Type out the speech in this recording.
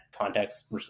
context